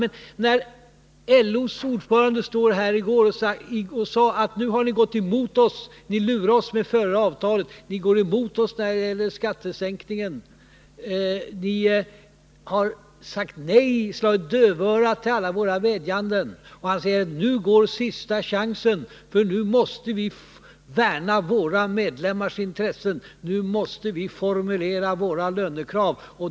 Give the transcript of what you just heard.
LO:s ordförande sade i går att ni nu har gått emot oss. Ni lurade oss med förra avtalet. Ni går emot oss när det gäller skattesänkningar. Ni har sagt nej och slagit dövörat till alla våra vädjanden. Nu går sista chansen, för nu måste vi värna om våra medlemmars intressen. Nu måste vi formulera våra lönekrav.